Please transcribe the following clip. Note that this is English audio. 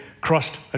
crossed